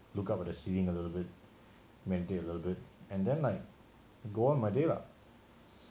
look up at the ceiling a little bit maintain a little bit and then like go on with my day lah